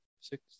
six